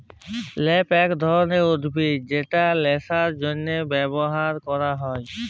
hemp ইক ধরলের উদ্ভিদ যেট ল্যাশার জ্যনহে ব্যাভার ক্যরা হ্যয়